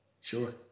Sure